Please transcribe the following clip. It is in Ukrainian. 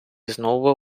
знову